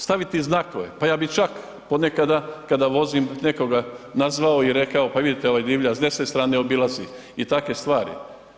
Staviti znakove pa ja bi čak, ponekada kada vozim nekoga nazvao i rekao pa vidite ovaj divlja s desne strane obilazi i takve stvari.